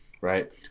Right